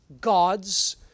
gods